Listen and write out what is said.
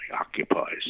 occupies